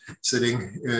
sitting